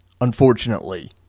unfortunately